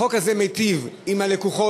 החוק הזה מיטיב עם הלקוחות,